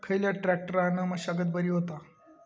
खयल्या ट्रॅक्टरान मशागत बरी होता?